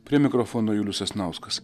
prie mikrofono julius sasnauskas